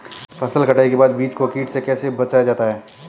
फसल कटाई के बाद बीज को कीट से कैसे बचाया जाता है?